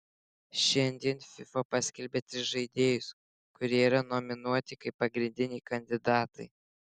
šiandien fifa paskelbė tris žaidėjus kurie yra nominuoti kaip pagrindiniai kandidatai